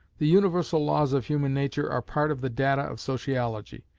the universal laws of human nature are part of the data of sociology,